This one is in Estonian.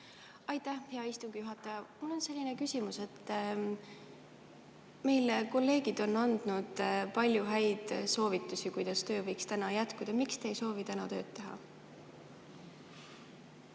Aitäh, hea istungi juhataja! Mul on selline küsimus. Meil kolleegid on andnud palju häid soovitusi, kuidas töö võiks täna jätkuda. Miks te ei soovi täna tööd teha?